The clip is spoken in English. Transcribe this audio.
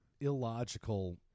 illogical